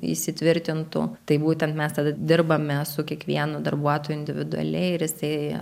įsitvirtintų tai būtent mes tada dirbame su kiekvienu darbuotoju individualiai ir jisai